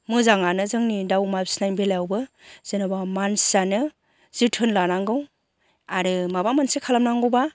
मोजाङानो जोंनि दाउ अमा फिनायनि बेलायावबो जेन'बा मानसियानो जोथोन लानांगौ आरो माबा मोनसे खालामनांगौबा